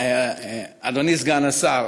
אדוני סגן השר,